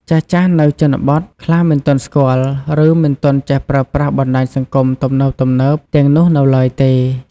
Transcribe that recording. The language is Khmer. ចាស់ៗនៅជនបទខ្លះមិនទាន់ស្គាល់ ឬមិនទាន់ចេះប្រើប្រាស់បណ្ដាញសង្គមទំនើបៗទាំងនោះនៅឡើយទេ។